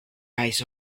eyes